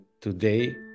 today